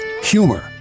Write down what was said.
Humor